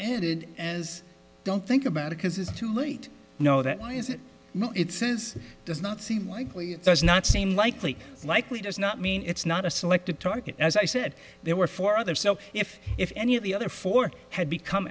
and is don't think about it because it's too late you know that why is it says does not seem likely does not seem likely likely does not mean it's not a selected target as i said there were four others if if any of the other four had become